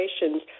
operations